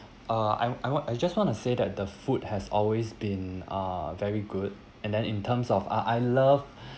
uh I I want I just want to say that the food has always been uh very good and then in terms of I I love